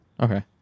Okay